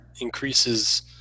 Increases